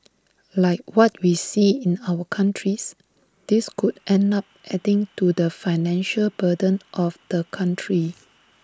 like what we see in other countries this could end up adding to the financial burden of the country